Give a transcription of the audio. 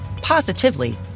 positively